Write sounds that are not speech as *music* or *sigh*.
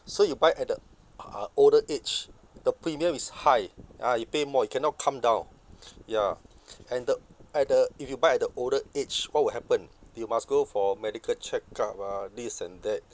so you buy at a uh uh older age the premium is high ya you pay more it cannot come down *noise* ya *noise* and the at the if you buy at the older age what will happen you must go for medical checkup ah this and that